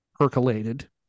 percolated